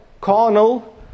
Carnal